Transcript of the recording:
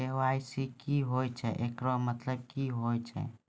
KYC की होय छै, एकरो मतलब की होय छै?